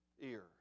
ear